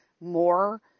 more